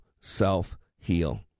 self-heal